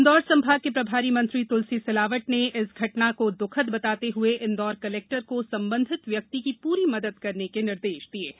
इन्दौर संभाग के प्रभारी मंत्री तुलसी सिलावट ने इस घटना का दुखद बताते हुए इंदौर कलेक्टर क संबंधित व्यक्ति की पूरी मदद करने के निर्देश दिए हैं